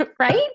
Right